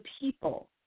people